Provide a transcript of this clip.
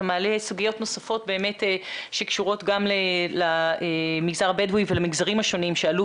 אתה מעלה סוגיות נוספות שקשורות גם למגזר הבדואי ולמגזרים השונים שעלו,